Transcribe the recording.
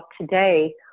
today